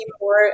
more